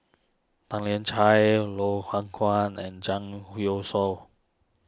Tan Lian Chye Loh Hoong Kwan and Zhang Hui Youshuo